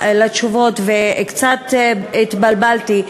לתשובות וקצת התבלבלתי.